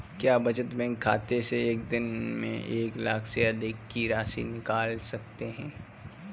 क्या बचत बैंक खाते से एक दिन में एक लाख से अधिक की राशि निकाल सकते हैं?